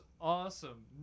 awesome